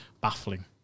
baffling